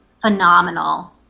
phenomenal